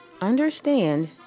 understand